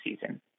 season